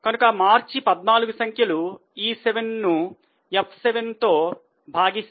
కనుక మార్చి 14 సంఖ్యలు E7 ను F7 భాగిస్తే